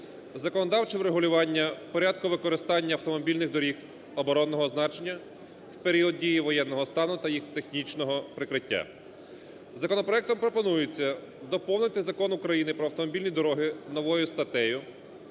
законодавче врегулювання порядку використання автомобільних доріг оборонного значення в період дії воєнного стану та їх технічного прикриття. Законопроектом пропонується доповнити Закон України "Про автомобільні дороги" новою статтею,